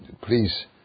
please